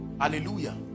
Hallelujah